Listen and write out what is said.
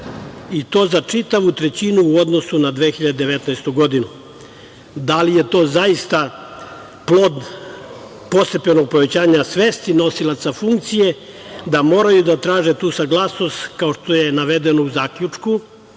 i to za čitavu trećinu u odnosu na 2019. godinu. Da li je to zaista plod postepenog povećanja svesti nosilaca funkcije da moraju da traže tu saglasnost kao što je navedeno u zaključku